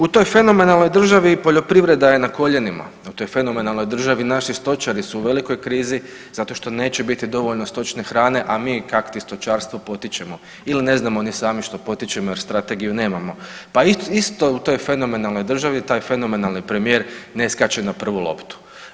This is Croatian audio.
U toj fenomenalnoj državi poljoprivreda je na koljenima u toj fenomenalnoj državi naši stočari su u velikoj krizi zato što neće biti dovoljno stočne hrane, a mi kakti stočarstvo potičemo ili ne znamo ni sami što potičemo jer strategiju nemamo, pa isto u toj fenomenalnoj državi taj fenomenalni premijer ne skače na pravu loptu.